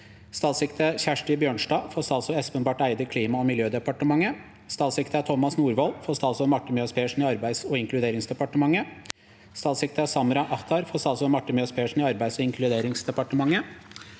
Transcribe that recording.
Statssekretær Kjersti Bjørnstad for statsråd Espen Barth Eide i Klima- og miljødepartementet. 5. Statssekretær Tomas Norvoll for statsråd Marte Mjøs Persen i Arbeids- og inkluderingsdepartementet. 6. Statssekretær Samra Akhtar for statsråd Marte Mjøs Persen i Arbeids- og inkluderingsdepartementet.